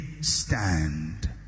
stand